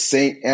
Saint